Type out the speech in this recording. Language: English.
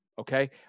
Okay